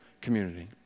community